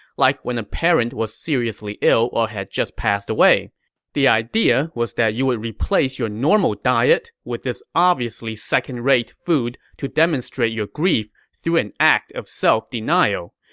like when a parent was seriously ill or had just passed. the idea was that you would replace your normal diet with this obviously second-grade food to demonstrate your grief through an act of self-denial.